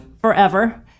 forever